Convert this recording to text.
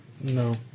No